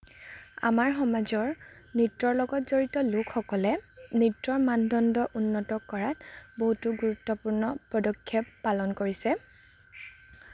আমাৰ সমাজৰ নৃত্যৰ লগত জড়িত লোকসকলে নৃত্যৰ মানদণ্ড উন্নত কৰাত বহুতো গুৰুত্বপূৰ্ণ পদক্ষেপ পালন কৰিছে